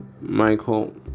Michael